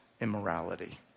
immorality